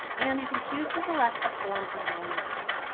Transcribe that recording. and you can choose to select a form or landing page.